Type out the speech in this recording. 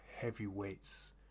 heavyweights